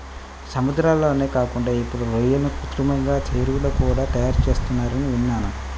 సముద్రాల్లోనే కాకుండా ఇప్పుడు రొయ్యలను కృత్రిమంగా చెరువుల్లో కూడా తయారుచేత్తన్నారని విన్నాను